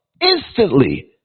instantly